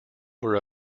were